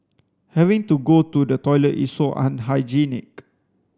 having to go to the toilet is so unhygienic